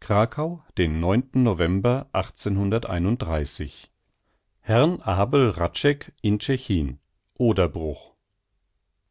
krakau den november herrn abel hradscheck in tschechin oderbruch